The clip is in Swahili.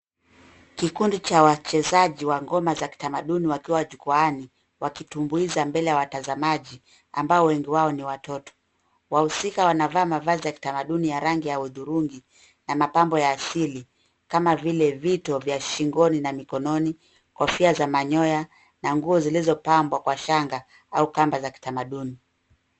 Kikundi cha wachezaji wa ngoma za kitamaduni wakiwa jukwaani wakitumbuiza mbele ya watazamaji ambao wengi wao ni watoto. Wahusika wanavaa mavazi ya kitamaduni ya rangi ya hudhurungi na mapambo ya asili kama vile vito vya shingoni na mikononi, kofia za manyoya na nguo zilizopambwa kwa shanga au kamba za kitamaduni.